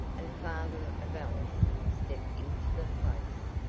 and father of alice, stepped into the place.